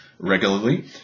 Regularly